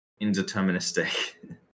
indeterministic